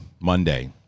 Monday